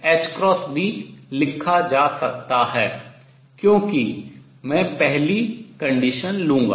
2ℏ भी लिखा जा सकता है क्योंकि मैं पहली condition शर्त लूंगा